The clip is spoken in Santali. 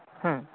ᱦᱮᱸ